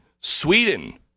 Sweden